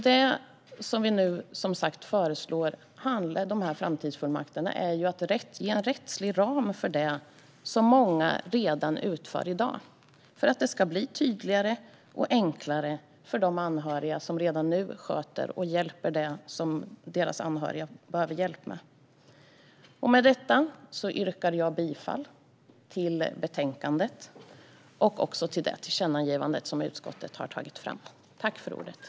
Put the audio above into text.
De framtidsfullmakter som nu föreslås ger en rättslig ram för det som många redan utför i dag. Det ska bli tydligare och enklare för dem som redan nu sköter det som deras anhöriga behöver hjälp med. Med detta yrkar jag bifall till utskottets förslag i betänkandet och till det tillkännagivande som utskottet föreslår.